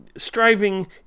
striving